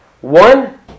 one